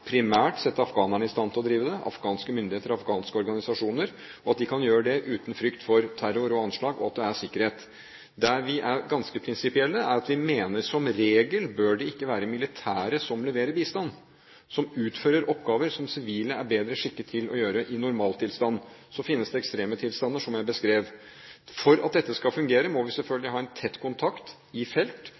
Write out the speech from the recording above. primært sette afghanerne i stand til å drive det – afghanske myndigheter og afghanske organisasjoner – og at de kan gjøre det uten frykt for terror og anslag, og at det er sikkerhet. Der vi er ganske prinsipielle, er at vi mener at som regel bør det ikke være militære som leverer bistand, som utfører oppgaver som sivile er bedre skikket til å gjøre i normaltilstanden. Så finnes det ekstreme tilstander, som jeg beskrev. For at dette skal fungere, må vi selvfølgelig ha tett kontakt i felt,